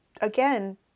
again